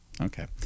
Okay